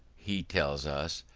he tells us,